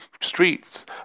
streets